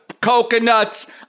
coconuts